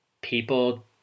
people